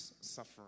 suffering